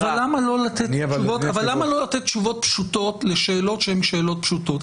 אבל למה לא לתת תשובות פשוטות לשאלות שהן שאלות פשוטות?